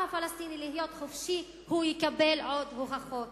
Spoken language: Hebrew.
הפלסטיני להיות חופשי הוא יקבל עוד הוכחות.